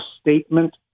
statement